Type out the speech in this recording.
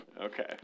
Okay